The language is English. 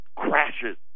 crashes